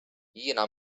jiena